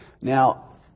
Now